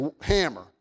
hammer